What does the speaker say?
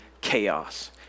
chaos